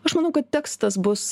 aš manau kad tekstas bus